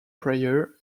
prayer